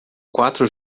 quatro